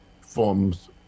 forms